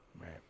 Right